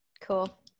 Cool